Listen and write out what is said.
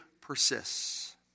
persists